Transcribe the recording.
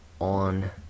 on